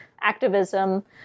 activism